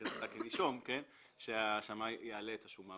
מבחינת הנישום שהשמאי יעלה את השומה